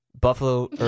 buffalo